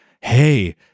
hey